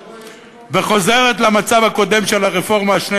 וחוזרת למצב הקודם של הרפורמה ה-12,